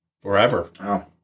forever